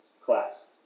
class